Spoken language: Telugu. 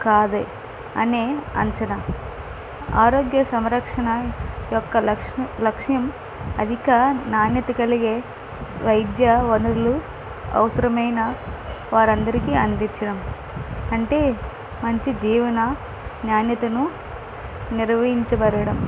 కాదే అనే అంచనా ఆరోగ్య సంరక్షణ యొక్క లక్ష్యం అధిక నాణ్యత కలిగే వైద్య వనరులు అవసరమైన వారందరికీ అందించడం అంటే మంచి జీవన నాణ్యతను నిర్వహించబడడం